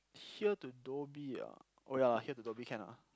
here to Dhoby ah oh ya here to Dhoby can ah